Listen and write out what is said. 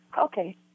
Okay